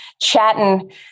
chatting